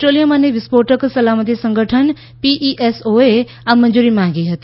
petroleum અને વિસ્ફોટક સલામતી સંગઠન પીઈએસઓએ આ મંજૂરી માગી હતી